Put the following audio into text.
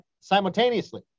simultaneously